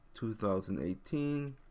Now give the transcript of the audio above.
2018